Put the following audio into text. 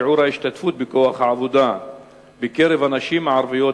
שיעור ההשתתפות בכוח העבודה בקרב הנשים הערביות,